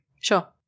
Sure